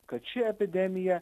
kad ši epidemija